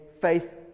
faith